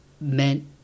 meant